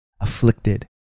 afflicted